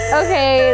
okay